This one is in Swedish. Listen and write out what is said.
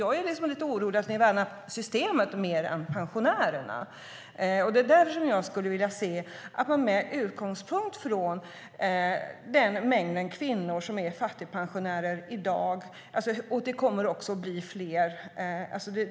Jag är lite orolig över att man värnar systemet mer än pensionärerna. Därför skulle jag vilja se att man tog sin utgångspunkt i den mängd kvinnor som i dag är fattigpensionärer och som kommer att öka.